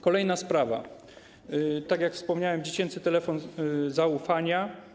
Kolejna sprawa, tak jak wspomniałem, to dziecięcy telefon zaufania.